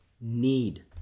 need